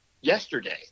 yesterday